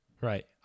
Right